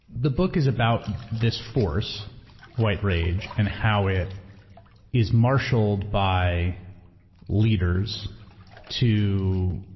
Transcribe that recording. the book is about this force white rage and how it is marshaled by leaders to